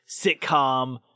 sitcom